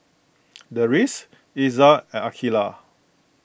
Deris Izzat and Aqeelah